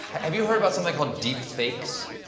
have you heard about something called deep fakes?